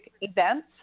events